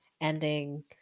ending